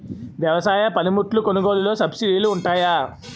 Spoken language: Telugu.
వ్యవసాయ పనిముట్లు కొనుగోలు లొ సబ్సిడీ లు వుంటాయా?